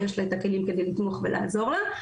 יש לה את הכלים כדי לתמוך ולעזור לה,